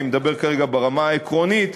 אני מדבר כרגע ברמה העקרונית.